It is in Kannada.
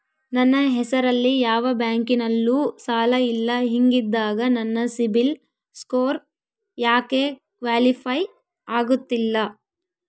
ನನ್ನ ಹೆಸರಲ್ಲಿ ಯಾವ ಬ್ಯಾಂಕಿನಲ್ಲೂ ಸಾಲ ಇಲ್ಲ ಹಿಂಗಿದ್ದಾಗ ನನ್ನ ಸಿಬಿಲ್ ಸ್ಕೋರ್ ಯಾಕೆ ಕ್ವಾಲಿಫೈ ಆಗುತ್ತಿಲ್ಲ?